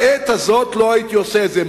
ובעת הזאת לא הייתי עושה את זה.